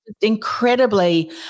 incredibly